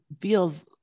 feels